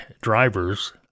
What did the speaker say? drivers